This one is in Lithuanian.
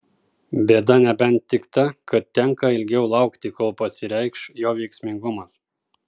bėda nebent tik ta kad tenka ilgiau laukti kol pasireikš jo veiksmingumas